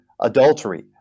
adultery